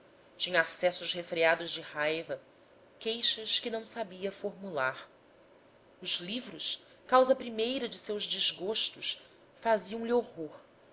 tinha acessos refreados de raiva queixas que não sabia formular os livros causa primeira de seus desgostos faziam-lhe horror